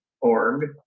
org